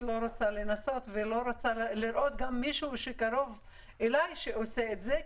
לא רוצה לנסות וגם לא רוצה לראות מישהו שקרוב אליי עושה את זה,